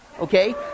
okay